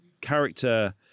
character